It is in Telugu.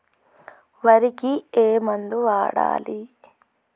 వరికి ఏ మందు వాడాలి?